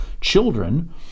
children